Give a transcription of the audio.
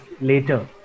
later